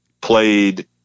played